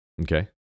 Okay